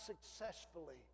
successfully